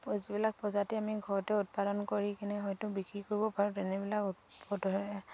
যিবিলাক প্ৰজাতি আমি ঘৰতে উৎপাদন কৰি কিনে হয়তো বিক্ৰী কৰিব পাৰোঁ তেনেবিলাক